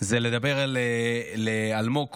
זה לדבר על אלמוג כהן,